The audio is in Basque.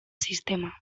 sistema